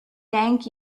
thank